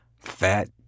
fat